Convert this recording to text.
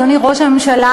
אדוני ראש הממשלה,